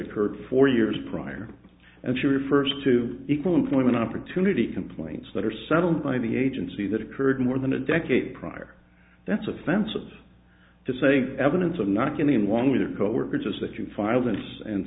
occurred four years prior and she refers to equal employment opportunity complaints that are settled by the agency that occurred more than a decade prior that's offensive to say evidence of not getting along with her coworkers is that you